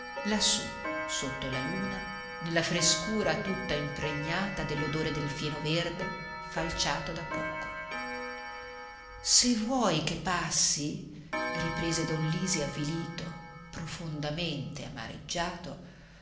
lassù sotto la luna nella frescura tutta impregnata dell'odore del fieno verde falciato da poco se vuoi che passi riprese don lisi avvilito profondamente amareggiato